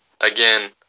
again